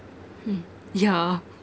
hmm yeah